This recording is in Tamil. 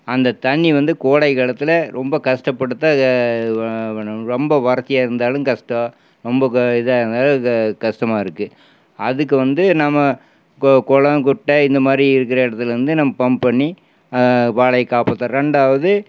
அந்த தண்ணிர் வந்து கோடை காலத்தில் ரொம்ப கஷ்டப்பட்டு தான் ரொம்ப வறட்சியாக இருந்தாலும் கஷ்டம் ரொம்ப இதாக இருந்தாலும் அது கஷ்டமாக இருக்கு அதுக்கு வந்து நம்ம கொளம் குட்டை இந்த மாதிரி இருக்கிற இடத்துல இருந்து நம்ம பம்ப் பண்ணி வாழையை காப்பாத்துகிறோம் ரெண்டாவது